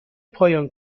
پایان